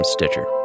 Stitcher